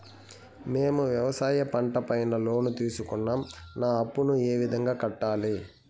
మేము వ్యవసాయ పంట పైన లోను తీసుకున్నాం నా అప్పును ఏ విధంగా కట్టాలి